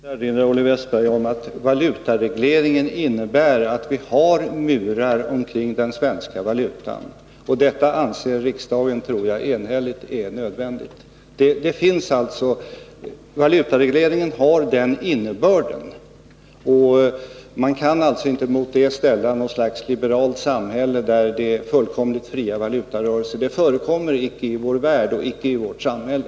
Herr talman! Jag vill erinra Olle Wästberg om att valutaregleringen innebär att vi har murar omkring den svenska valutan. Detta anser riksdagen — enhälligt, tror jag — är nödvändigt. Valutaregleringen har den innebörden. Man kan alltså inte mot det ställa något slags liberalt samhälle med fullkomligt fria valutarörelser. Det förekommer icke i vår värld och icke i vårt samhälle.